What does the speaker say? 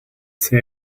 say